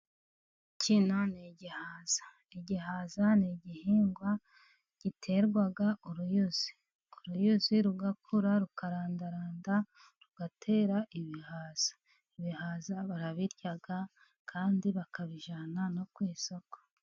Kino ni igihaza, igihaza ni igihingwa giterwa uruyuzi. Uruyuzi rugakura rukarandaranda rugatera ibihaza, ibihaza barabirya kandi bakabijyana no ku isoko.